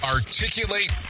Articulate